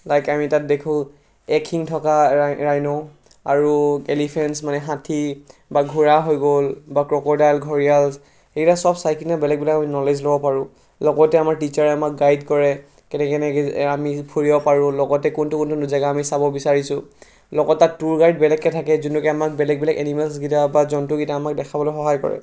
like আমি তাত দেখোঁ এক শিং থকা ৰাই ৰাইন' আৰু এলিফেণ্টছ মানে হাতী বা ঘোঁৰা হৈ গ'ল বা ক্ৰক'ডাইল ঘঁৰিয়াল সেইকেইটা চব চাইকিনে বেলেগ বেলেগ আমি ন'লেজ ল'ব পাৰোঁ লগতে আমাৰ টিচাৰে আমাক গাইড কৰে কেনেকৈ কেনেকৈ আমি ফুৰিব পাৰোঁ লগতে কোনটো কোনটো জাগা আমি চাব বিচাৰিছোঁ লগত তাত টুৰ গাইড বেলেগকৈ থাকে যোনে নেকি আমাক বেলেগ বেলেগ এনিমেলছ কেইটা বা জন্তুকেইটা আমাক দেখাবলৈ সহায় কৰে